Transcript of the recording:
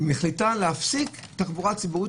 מחליטה להפסיק תחבורה ציבורית